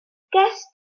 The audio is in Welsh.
gest